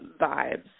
vibes